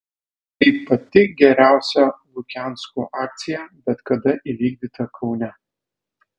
tai pati geriausia lukianskų akcija bet kada įvykdyta kaune